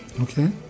okay